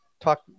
talk